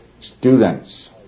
students